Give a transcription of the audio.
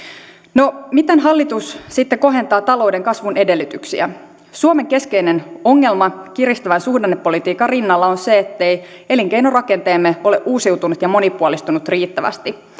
no miten hallitus sitten kohentaa talouden kasvun edellytyksiä suomen keskeinen ongelma kiristävän suhdannepolitiikan rinnalla on se ettei elinkeinorakenteemme ole uusiutunut ja monipuolistunut riittävästi